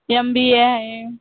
M B A आहे